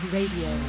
Radio